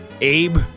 Abe